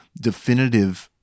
definitive